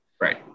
right